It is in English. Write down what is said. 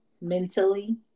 mentally